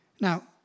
Now